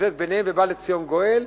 לקזז ביניהם, ובא לציון גואל.